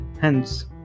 hence